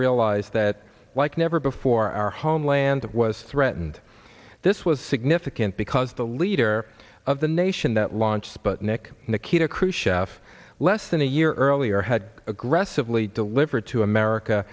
realize that like never before our homeland was threatened this was significant because the leader of the nation that launched sputnik nikita khrushchev less than a year earlier had aggressively delivered to america